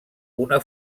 una